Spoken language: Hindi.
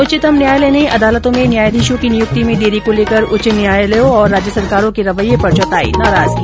उच्चतम न्यायालय ने अदालतों में न्यायाधीशों की नियुक्ति में देरी को लेकर उच्च न्यायालयों और राज्य सरकारों के रवैये पर जताई नाराजगी